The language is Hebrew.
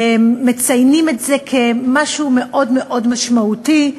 מציינים את זה כמשהו מאוד מאוד משמעותי.